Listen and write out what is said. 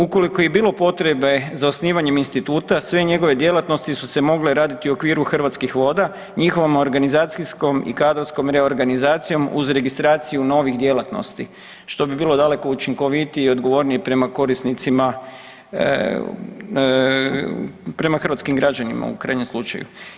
Ukoliko je i bilo potrebe za osnivanjem instituta sve njegove djelatnosti su se mogle raditi u okviru Hrvatskih voda, njihovom organizacijskom i kadrovskom reorganizacijom uz registraciju novih djelatnosti, što bi bilo daleko učinkovitije i odgovornije prema korisnicima, prema hrvatskim građanima u krajnjem slučaju.